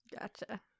Gotcha